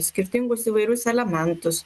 skirtingus įvairius elementus